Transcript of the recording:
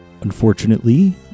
unfortunately